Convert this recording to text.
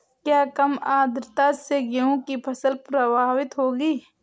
क्या कम आर्द्रता से गेहूँ की फसल प्रभावित होगी?